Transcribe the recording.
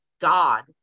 God